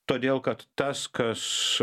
todėl kad tas kas